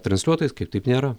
transliuotojas kaip taip nėra